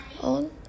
On